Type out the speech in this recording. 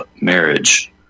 marriage